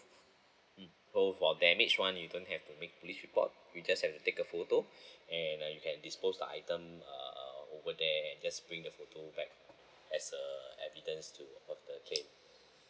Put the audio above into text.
mm so for damaged [one] you don't have to make police report we just have to take a photo and uh you can dispose the item err over there just bring the photo back as a evidence to of the claim